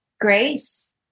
grace